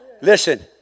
listen